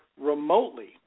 remotely